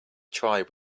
tribe